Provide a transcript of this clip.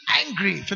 angry